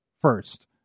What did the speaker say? First